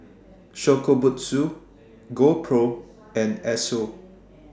Shokubutsu GoPro and Esso